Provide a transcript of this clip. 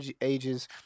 ages